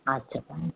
আচ্ছা পাঁচ